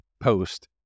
post